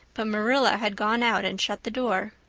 but marilla had gone out and shut the door.